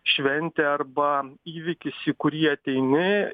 šventė arba įvykis į kurį ateini